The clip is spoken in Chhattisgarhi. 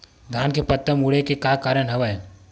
धान के पत्ता मुड़े के का कारण हवय?